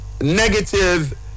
negative